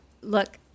Look